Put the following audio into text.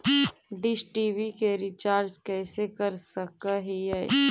Dish TV के recharge कैसे कर सक हिय?